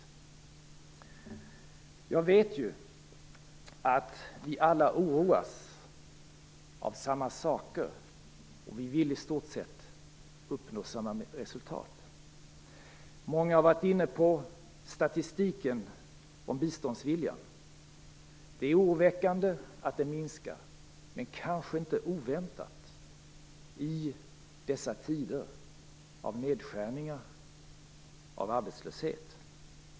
Jag vet att vi alla oroas av samma saker och i stort sett vill uppnå samma resultat. Många har varit inne på statistiken om biståndsviljan. Det är oroväckande att den minskar. Men det är kanske inte oväntat i dessa tider av nedskärningar och arbetslöshet.